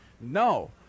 No